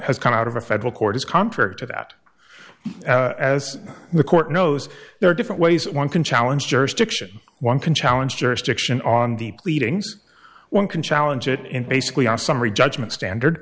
has come out of a federal court is contrary to that as the court knows there are different ways one can challenge jurisdiction one can challenge jurisdiction on the pleadings one can challenge it in basically a summary judgment standard